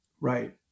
Right